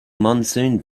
monsoon